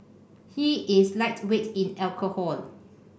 he is lightweight in alcohol